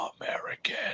American